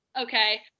okay